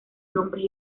nombres